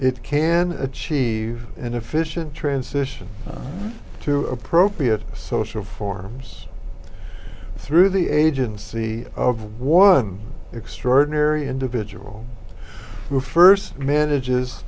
it can achieve an efficient transition to appropriate social forms through the agency of one extraordinary individual who st manages